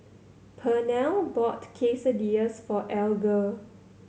Pernell bought Quesadillas for Alger